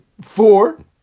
Four